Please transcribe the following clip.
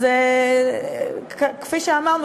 כפי שאמרנו,